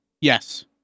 Yes